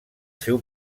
seu